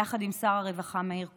יחד עם שר הרווחה מאיר כהן,